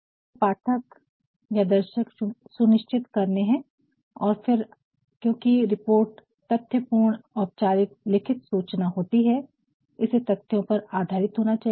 तो आपको पाठक दर्शक सुनिश्चित करने है और फिर क्योंकि रिपोर्ट तथ्यपूर्ण औपचारिक लिखित सूचना होती है इसे तथ्यों पर आधारित होना चाहिए